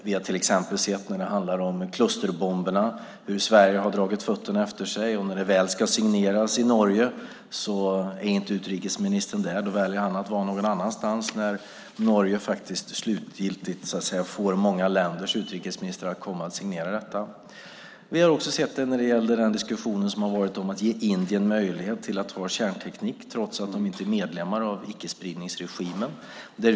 Vi har till exempel när det handlar om klusterbomberna sett hur Sverige har dragit fötterna efter sig, och när det väl ska signeras i Norge är inte utrikesministern där. Då väljer han att vara någon annanstans, när Norge faktiskt slutgiltigt får många länders utrikesministrar att komma för att signera detta. Vi har också sett detta i diskussionen om att ge Indien möjlighet att ha kärnteknik trots att man inte är medlem av icke-spridningsregimen.